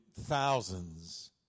thousands